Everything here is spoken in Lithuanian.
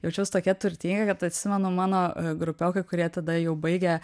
jaučiaus tokia turtinga kad atsimenu mano grupiokai kurie tada jau baigė